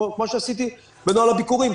כמו שעשיתי בנוהל הביקורים,